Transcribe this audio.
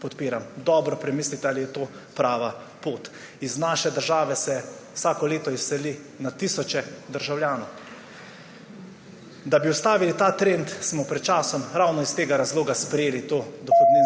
Dobro premislite, ali je to prava pot. Iz naše države se vsako leto izseli na tisoče državljanov. Da bi ustavili ta trend smo pred časom ravno iz tega razloga sprejeli to dohodninsko